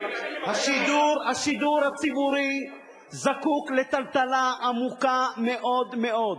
השידור הציבורי זקוק לטלטלה עמוקה מאוד מאוד.